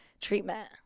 treatment